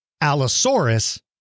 Allosaurus